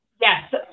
Yes